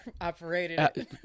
operated